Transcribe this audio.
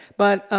but,